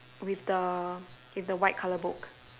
with the with the white colour book